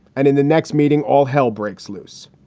and in the next meeting, all hell breaks loose.